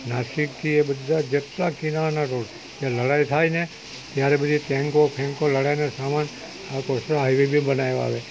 નાસિકથી બધાએ જેટલા કિનારાના રોડ ત્યાં લડાઈ થાય ને ત્યારે બધી ટેન્કો ફેંકો લડાઈના સામાન આ કૃષ્ણ હાઇ વે બી બનાવ્યો હવે